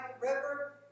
river